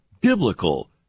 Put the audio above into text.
biblical